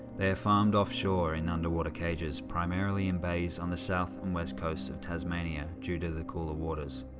they are farmed offshore in underwater cages, primarily in bays on the south and west coasts of tasmania due to the cooler waters.